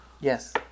Yes